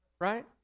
right